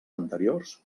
anteriors